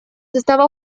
estaba